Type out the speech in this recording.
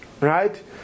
right